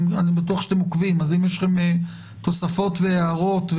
בבקשה - אם יש לכם תוספות והערות.